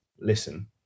listen